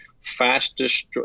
fastest